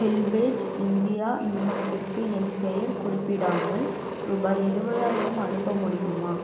HelpAge India நிறுவனத்திற்கு என் பெயர் குறிப்பிடாமல் ரூபாய் எழுவதாயிரம் அனுப்ப முடியுமா